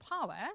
power